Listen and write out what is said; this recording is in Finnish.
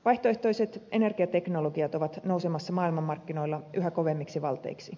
vaihtoehtoiset energiateknologiat ovat nousemassa maailmanmarkkinoilla yhä kovemmiksi valteiksi